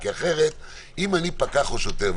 כי אחרת אם אני פקח או שוטר,